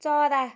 चरा